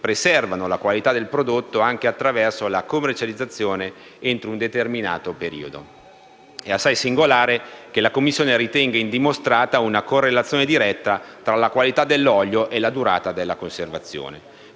preservano la qualità del prodotto anche attraverso la commercializzazione entro un determinato periodo. È assai singolare che la Commissione ritenga indimostrata una correlazione diretta tra la qualità dell'olio e la durata della conservazione.